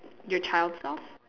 your child self